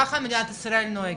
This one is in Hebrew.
ככה מדינת ישראל נוהגת,